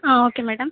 ah okay madam